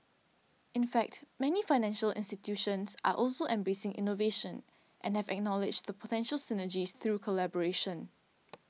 in fact many financial institutions are also embracing innovation and have acknowledged the potential synergies through collaboration